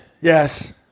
Yes